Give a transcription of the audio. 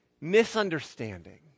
misunderstanding